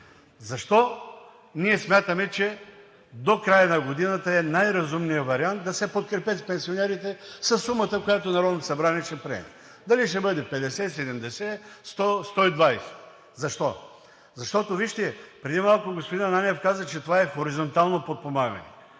Защо ние смятаме, че до края на годината е най-разумният вариант да се подкрепят пенсионерите със сумата, която Народното събрание ще приеме – дали ще бъде 50, 70, 100 или 120 лв.? Защо? Вижте, преди малко господин Ананиев каза, че това е хоризонтално подпомагане.